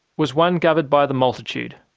was one governed by the multitude.